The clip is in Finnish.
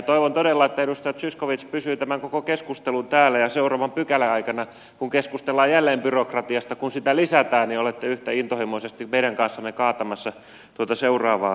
toivon todella että edustaja zyskowicz pysyy täällä tämän koko keskustelun ajan ja seuraavan pykälän aikana kun keskustellaan jälleen byrokratiasta kun sitä lisätään toivon että olette yhtä intohimoisesti meidän kanssamme kaatamassa tuota seuraavaa esitystä